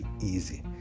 easy